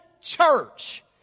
church